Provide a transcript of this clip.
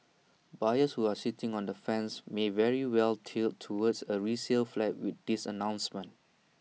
buyers who are sitting on the fence may very well tilt towards A resale flat with this announcement